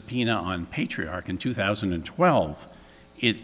subpoena on patriarch in two thousand and twelve it